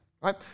right